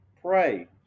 pray